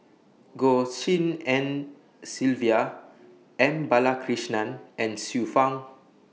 Goh Tshin En Sylvia M Balakrishnan and Xiu Fang